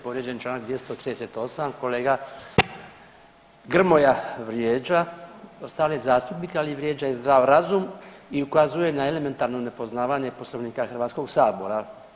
Povrijeđen je Članak 238., kolega Grmoja vrijeđa ostale zastupnike, ali vrijeđa i zdrav razum i ukazuje na elementarno nepoznavanje Poslovnika Hrvatskog sabora.